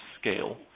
scale